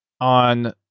on